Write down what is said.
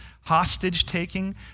hostage-taking